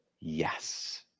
yes